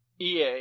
EA